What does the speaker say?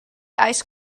ice